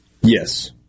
Yes